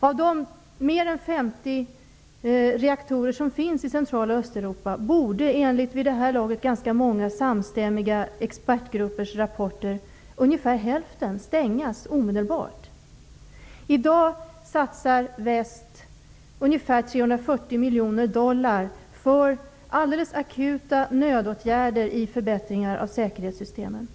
Av de mer än 50 reaktorer som finns i centrala Östeuropa borde ungefär hälften stängas omedelbart, enligt vid det här laget ganska många samstämmiga expertgruppers rapporter. I dag satsar väst ungefär 340 miljoner dollar på alldeles akuta nödåtgärder i förbättringar av säkerhetssystemen.